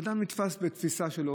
ואדם נתפס בתפיסה שלו.